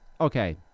okay